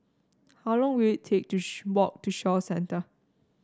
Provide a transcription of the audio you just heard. how long will it take to walk to Shaw Centre